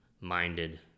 minded